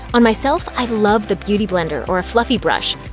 on myself, i love the beauty blender or a fluffy brush.